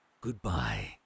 Goodbye